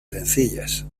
sencillas